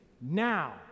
now